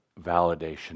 validation